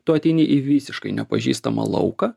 tu ateini į visiškai nepažįstamą lauką